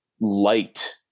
light